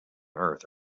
earth